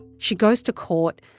she goes to court.